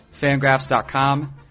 Fangraphs.com